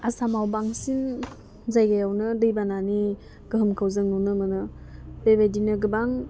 आसामाव बांसिन जायगायावनो दै बानानि गोहोमखौ जों नुनो मोनो बेबायदिनो गोबां